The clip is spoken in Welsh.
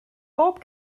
bob